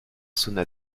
sonna